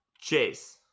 chase